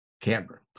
Canberra